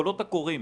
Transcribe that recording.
בקולות הקוראים.